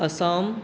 Assam